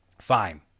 fine